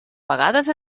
pagades